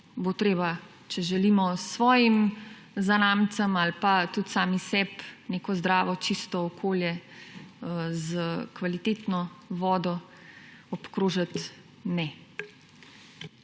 bo treba, če želimo svojim zanamcem ali pa tudi sami sebi neko zdravo, čisto okolje s kvalitetno vodo, obkrožiti »ne«.